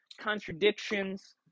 contradictions